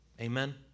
Amen